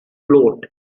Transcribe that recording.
float